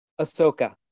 ahsoka